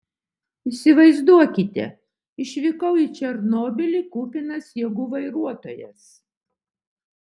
įsivaizduokite išvykau į černobylį kupinas jėgų vairuotojas